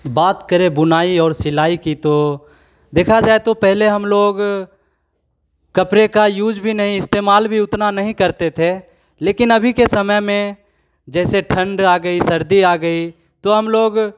बात करें बुनाई और सिलाई की तो देखा जाए तो पहले हम लोग कपड़े का यूज़ भी नहीं इस्तेमाल भी उतना नहीं करते थे लेकिन अभी के समय में जैसे ठंड आ गई सर्दी आ गई तो हम लोग